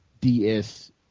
DS